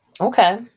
Okay